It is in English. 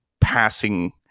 passing